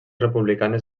republicanes